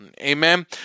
Amen